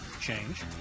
Change